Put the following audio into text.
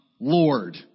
Lord